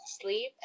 sleep